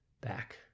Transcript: back